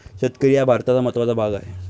शेतकरी हा भारताचा महत्त्वाचा भाग आहे